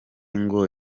ngo